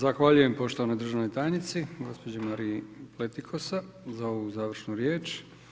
Zahvaljujem poštovanoj državnoj tajnici gospođi Mariji Pletikosa, za ovu završnu riječ.